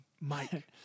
Mike